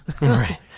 Right